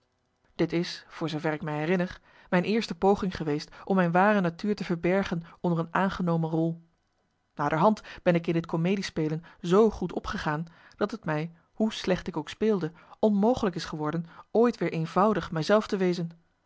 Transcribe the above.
dit is voor zoover ik me herinner mijn eerste poging geweest om mijn ware natuur te verbergen onder een aangenomen rol naderhand ben ik in dit comedie spelen z goed opgegaan dat het mij hoe slecht ik ook speelde onmogelijk is geworden ooit weer eenvoudig mij-zelf te wezen